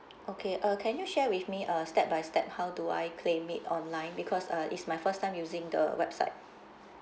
okay uh can you share with me uh step by step how do I claim it online because uh it's my first time using the website